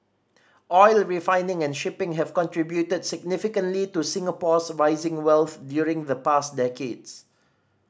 oil refining and shipping have contributed significantly to Singapore's rising wealth during the past decades